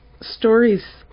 stories